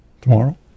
Tomorrow